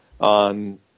on